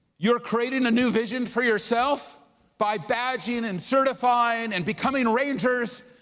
you're creating a new vision for yourself by badging and certifying and becoming rangers,